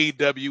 AW